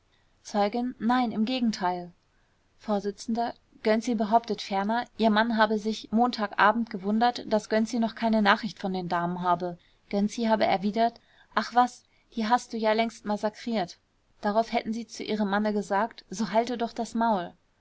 zeugin nein im gegenteil vors gönczi behauptet ferner ihr mann habe sich montag abend gewundert daß gönczi noch keine nachricht von den damen habe gönczi habe erwidert ach was die hast du ja längst massakriert darauf hätten sie zu ihrem manne gesagt so halte doch das maul